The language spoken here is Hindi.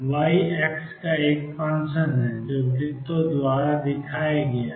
Y X का एक फंक्शन है जो वृत्तों द्वारा दिया गया है